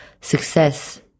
success